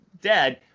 dead